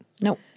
No